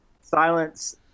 silence